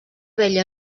vella